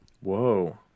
Whoa